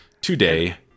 today